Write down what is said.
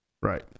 Right